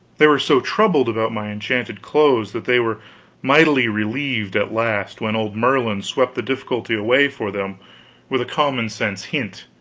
they were so troubled about my enchanted clothes that they were mightily relieved, at last, when old merlin swept the difficulty away for them with a common-sense hint.